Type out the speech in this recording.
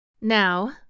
Now